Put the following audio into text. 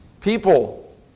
people